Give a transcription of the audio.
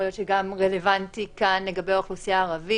יכול להיות שזה גם רלוונטי כאן לגבי האוכלוסייה הערבית.